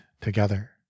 together